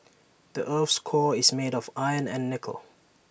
the Earth's core is made of iron and nickel